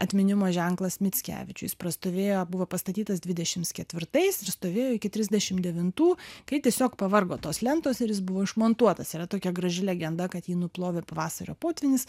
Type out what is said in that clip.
atminimo ženklas mickevičiui jis prastovėjo buvo pastatytas dvidešimt ketvirtais ir stovėjo iki trisdešimt devintų kai tiesiog pavargo tos lentos ir jis buvo išmontuotas yra tokia graži legenda kad jį nuplovė pavasario potvynis